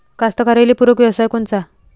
कास्तकाराइले पूरक व्यवसाय कोनचा?